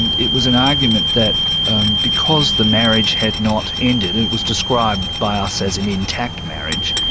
and it was an argument that because the marriage had not ended, and it was described by us as an intact marriage,